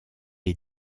est